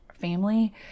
family